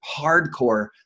hardcore